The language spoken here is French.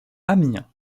amiens